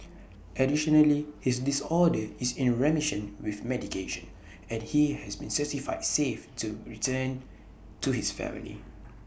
additionally his disorder is in remission with medication and he has been certified safe to be returned to his family